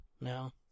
No